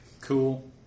Cool